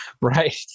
Right